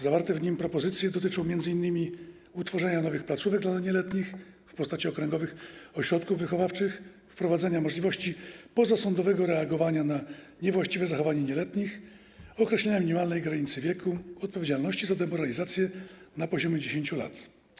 Zawarte w nim propozycje dotyczą m.in. utworzenia nowych placówek dla nieletnich w postaci okręgowych ośrodków wychowawczych, wprowadzenia możliwości pozasądowego reagowania na właściwe zachowanie nieletnich, określenia minimalnej granicy wieku odpowiedzialności za demoralizację na poziomie 10 lat.